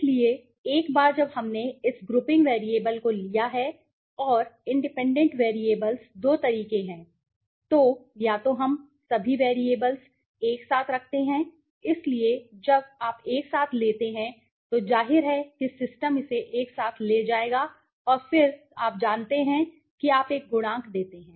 इसलिए एक बार जब हमने इस ग्रुपिंग वैरिएबल को ले लिया है और इंडिपेंडेंट वैरिएबल्स दो तरीके हैं तो या तो हम सभी वैरिएबल्स एक साथ रखते हैं इसलिए जब आप एक साथ लेते हैं तो जाहिर है कि सिस्टम इसे एक साथ ले जाएगा और फिर आप जानते हैं कि आप एक गुणांक देते हैं